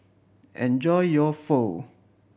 enjoy your Pho